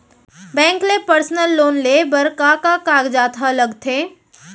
Bank ले personal loan लेये बर का का कागजात ह लगथे?